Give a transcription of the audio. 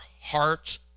hearts